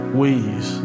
ways